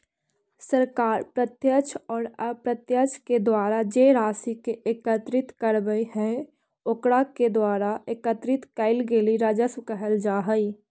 सरकार प्रत्यक्ष औउर अप्रत्यक्ष के द्वारा जे राशि के एकत्रित करवऽ हई ओकरा के द्वारा एकत्रित कइल गेलई राजस्व कहल जा हई